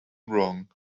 wrong